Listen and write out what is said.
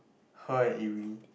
her and